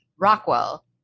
Rockwell